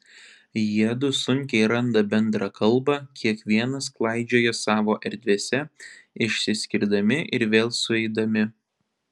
jiedu sunkiai randa bendrą kalbą kiekvienas klaidžioja savo erdvėse išsiskirdami ir vėl sueidami